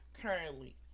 currently